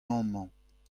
amañ